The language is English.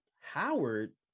Howard